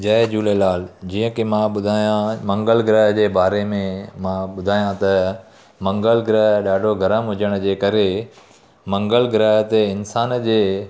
जय झूलेलाल जीअं की मां ॿुधायां मंगल ग्रह जे बारे में मां ॿुधायां त मंगल ग्रह ॾाढो गरम हुजण जे करे मंगल ग्रह ते इंसान जे